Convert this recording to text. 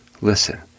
Listen